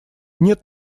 нет